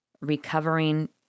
recovering